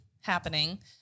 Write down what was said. happening